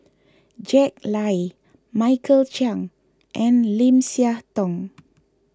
Jack Lai Michael Chiang and Lim Siah Tong